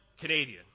Canadian